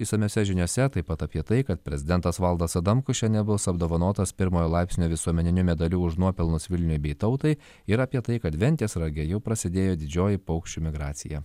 išsamiose žiniose taip pat apie tai kad prezidentas valdas adamkus šiandien bus apdovanotas pirmojo laipsnio visuomeniniu medaliu už nuopelnus vilniui bei tautai ir apie tai kad ventės rage jau prasidėjo didžioji paukščių migracija